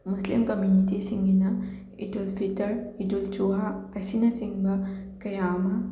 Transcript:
ꯃꯨꯁꯂꯤꯝ ꯀꯝꯃ꯭ꯌꯨꯅꯤꯇꯤꯁꯤꯡꯒꯤꯅ ꯏꯗꯨꯜ ꯐꯤꯜꯇꯔ ꯏꯗꯨꯜ ꯖꯨꯍꯥ ꯑꯁꯤꯅꯆꯤꯡꯕ ꯀꯌꯥ ꯑꯃ